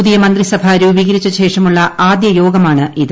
പുതിയ മന്ത്രിസഭ രൂപീകരിച്ച ശേഷമുള്ള ആദൃ യോഗമാണ് ഇത്